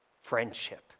friendship